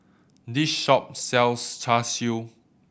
this shop sells Char Siu